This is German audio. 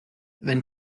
wenn